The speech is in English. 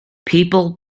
people